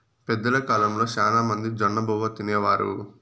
పెద్దల కాలంలో శ్యానా మంది జొన్నబువ్వ తినేవారు